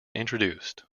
introduced